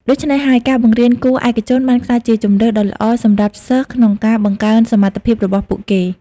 ដូច្នេះហើយ ការបង្រៀនគួរឯកជនបានក្លាយជាជម្រើសដ៏ល្អសម្រាប់សិស្សក្នុងការបង្កើនសមត្ថភាពរបស់ពួកគេ។